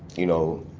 you know,